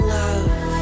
love